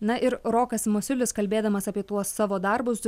na ir rokas masiulis kalbėdamas apie tuos savo darbus